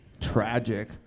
tragic